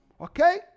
Okay